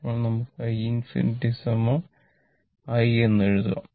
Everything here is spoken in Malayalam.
അപ്പോൾ നമുക്ക് i ∞ i എന്ന് എഴുതാം